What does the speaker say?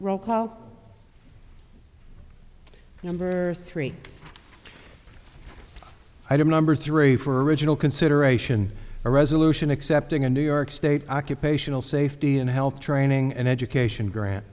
roll call number three item number three for original consideration a resolution accepting a new york state occupational safety and health training and education